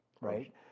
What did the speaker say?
Right